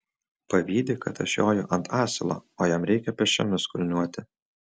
pavydi kad aš joju ant asilo o jam reikia pėsčiomis kulniuoti